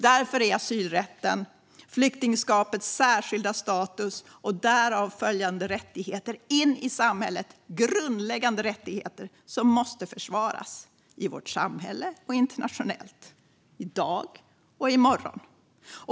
Därför är asylrätten, flyktingskapets särskilda status och därav följande rättigheter in i samhället grundläggande rättigheter som måste försvaras i vårt samhälle och internationellt, i dag och i morgon.